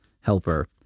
helper